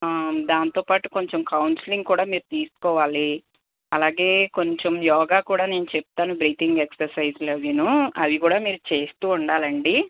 దాంతోపాటు కొంచెం కౌన్సిలింగ్ కూడా మీరు తీసుకోవాలి అలాగే కొంచెం యోగ కూడా నేను చెప్తాను బ్రీతింగ్ ఎక్సరసైజులు అవీను అవి కూడా మీరు చేస్తూ ఉండాలండి